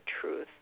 truth